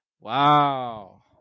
Wow